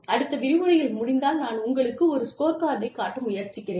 அடுத்த விரிவுரையில் முடிந்தால் நான் உங்களுக்கு ஒரு ஸ்கோர்கார்டை காட்ட முயற்சிக்கிறேன்